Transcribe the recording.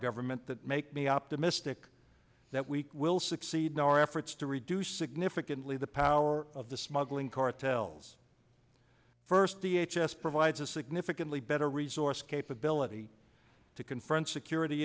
government that make me optimistic that we will succeed in our efforts to reduce significantly the power of the smuggling cartels first v h s provides a significantly better resourced capability to confront security